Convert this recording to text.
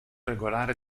regolare